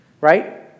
right